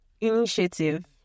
initiative